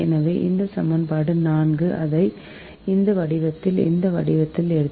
எனவே இந்த சமன்பாடு 4 அதை இந்த வடிவத்தில் இந்த வடிவத்தில் எழுதலாம்